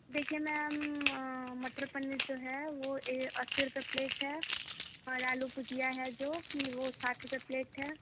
देखिए मैम मटर पनीर जो है वह यह अस्सी रुपया प्लेट है और आलू भुजिया है जो की वह साठ रुपया प्लेट है